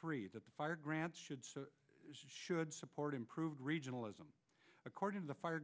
three fire grants should support improved regionalism according to